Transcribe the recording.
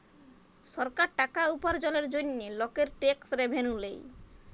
সরকার টাকা উপার্জলের জন্হে লকের ট্যাক্স রেভেন্যু লেয়